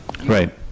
Right